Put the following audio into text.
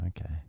Okay